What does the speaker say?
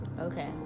Okay